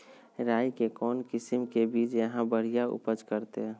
राई के कौन किसिम के बिज यहा बड़िया उपज करते?